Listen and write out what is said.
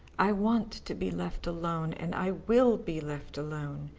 i want to be left alone, and i will be left alone.